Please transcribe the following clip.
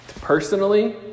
personally